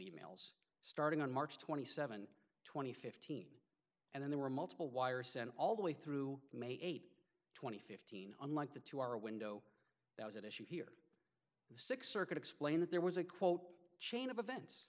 leaves starting on march twenty seven twenty fifteen and then there were multiple wires sent all the way through may eight twenty fifteen unlike the two hour window that was at issue here the sixth circuit explain that there was a quote chain of events